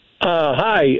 Hi